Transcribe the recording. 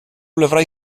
lyfrau